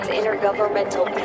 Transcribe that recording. Intergovernmental